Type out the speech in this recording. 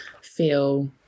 feel